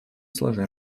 сложа